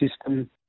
system